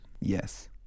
Yes